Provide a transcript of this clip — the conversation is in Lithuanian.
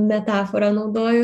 metaforą naudoju